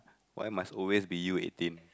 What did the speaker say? why must always be you eighteen